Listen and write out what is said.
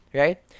right